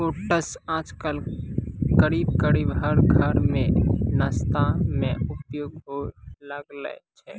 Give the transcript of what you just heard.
oats आजकल करीब करीब हर घर मॅ नाश्ता मॅ उपयोग होय लागलो छै